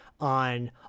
on